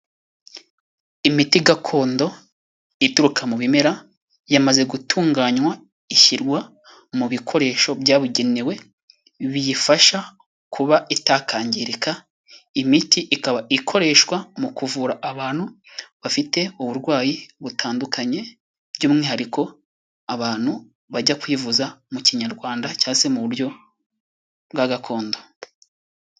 Imiti gakondo ituruka mu bimera yamaze gutunganywa ishyirwa mu bikoresho byabugenewe biyifasha kuba itakangirika. Imiti ikaba ikoreshwa mu kuvura abantu bafite uburwayi butandukanye by'umwihariko abantu bajya kwivuza mu kinyarwanda cyangwa se mu buryo bwa gakondo.